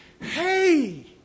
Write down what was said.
Hey